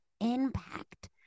impact